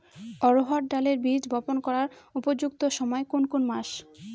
অড়হড় ডালের বীজ বপন করার উপযুক্ত সময় কোন কোন মাস?